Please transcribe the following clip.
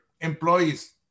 employees